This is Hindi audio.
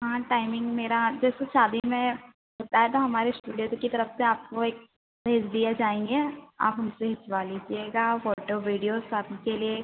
हाँ टाइमिंग मेरा जैसे शादी में होता है तो हमारे इस्टूडियो की तरफ से आपको एक भेज़ दिए जाएँगे आप उनसे खिंचवा लीजिएगा फ़ोटो वीडियो सब के लिए